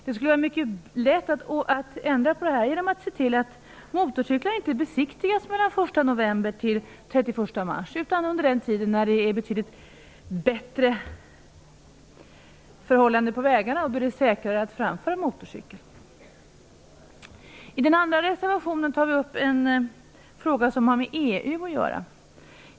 Det skulle vara lätt att ändra på det här, genom att se till att motorcyklar inte besiktigas mellan den 1 november och den 31 mars, utan under den tid när det är betydligt bättre förhållanden på vägarna och då det är säkrare att framföra motorcykel. I den andra reservationen tar vi upp en fråga som har med EU att göra.